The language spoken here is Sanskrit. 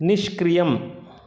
निष्क्रियम्